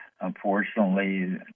Unfortunately